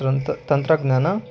ತ್ರಂತ ತಂತ್ರಜ್ಞಾನ